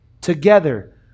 Together